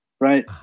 right